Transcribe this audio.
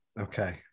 Okay